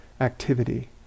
activity